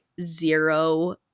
zero